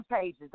pages